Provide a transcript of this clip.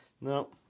No